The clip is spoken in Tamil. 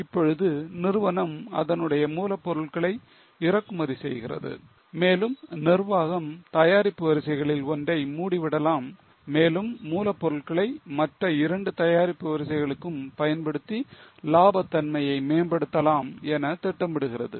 இப்பொழுது நிறுவனம் அதனுடைய மூலப்பொருள்களை இறக்குமதி செய்கிறது மேலும் நிர்வாகம் தயாரிப்பு வரிசைகளில் ஒன்றை மூடிவிடலாம் மேலும் மூலப்பொருட்களை மற்ற இரண்டு தயாரிப்பு வரிசைகளுக்கும் பயன்படுத்தி லாப தன்மையை மேம்படுத்தலாம் என திட்டமிடுகிறது